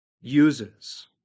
uses